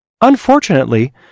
Unfortunately